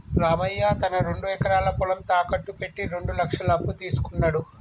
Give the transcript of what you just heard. రామయ్య తన రెండు ఎకరాల పొలం తాకట్టు పెట్టి రెండు లక్షల అప్పు తీసుకున్నడు